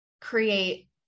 create